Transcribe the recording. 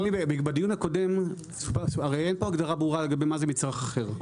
בדיון הקודם הרי אין פה הגדרה ברורה לגבי מה זה מצרך אחר,